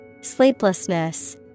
Sleeplessness